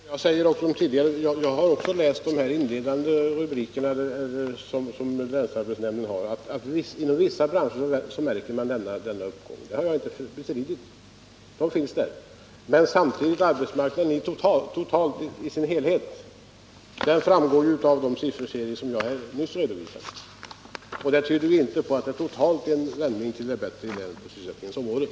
Herr talman! Jag säger som jag sade tidigare: Jag har också läst vad länsarbetsnämnden skrivit inledningsvis, och av det framgår att man märker en uppgång inom vissa branscher. Det har jag inte bestridit — uppgifterna finns där. Men om man ser till arbetsmarknaden totalt, så framgår läget av de sifferserier som jag nyss redovisade. Dessa siffor tyder inte på att det totalt sett har blivit en vändning till det bättre på sysselsättningsområdet.